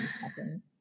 happen